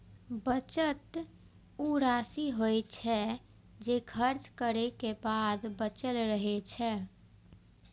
बचत ऊ राशि होइ छै, जे खर्च करै के बाद बचल रहै छै